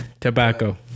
Tobacco